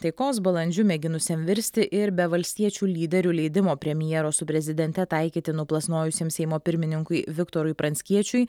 taikos balandžiu mėginusiam virsti ir be valstiečių lyderių leidimo premjero su prezidente taikytinų plasnojusiam seimo pirmininkui viktorui pranckiečiui